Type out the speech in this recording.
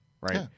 Right